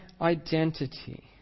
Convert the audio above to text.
identity